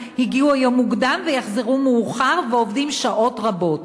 הגיעו היום מוקדם ויחזרו מאוחר ועובדים שעות רבות.